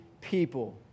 people